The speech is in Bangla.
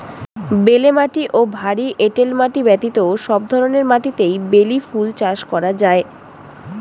বেলে মাটি ও ভারী এঁটেল মাটি ব্যতীত সব ধরনের মাটিতেই বেলি ফুল চাষ করা যায়